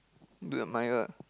do you admire